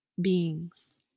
beings